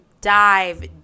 dive